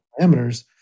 parameters